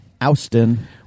Austin